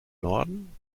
norden